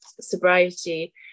sobriety